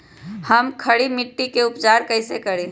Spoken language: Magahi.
हम खड़ी मिट्टी के उपचार कईसे करी?